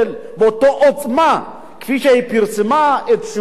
באותה עוצמה כפי שהיא פרסמה את שמו,